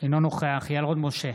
אינו נוכח יעל רון בן משה,